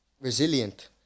resilient